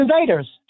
invaders